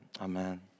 Amen